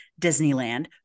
Disneyland